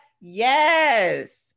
Yes